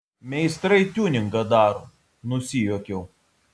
meistrai tiuningą daro nusijuokiau